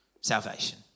Salvation